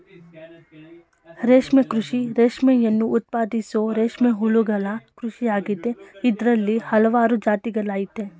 ರೇಷ್ಮೆ ಕೃಷಿ ರೇಷ್ಮೆಯನ್ನು ಉತ್ಪಾದಿಸೋ ರೇಷ್ಮೆ ಹುಳುಗಳ ಕೃಷಿಯಾಗಿದೆ ಇದ್ರಲ್ಲಿ ಹಲ್ವಾರು ಜಾತಿಗಳಯ್ತೆ